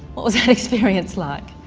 what was that experience like?